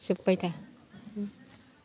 जोबबाय दा